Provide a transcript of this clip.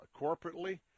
corporately